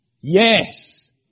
Yes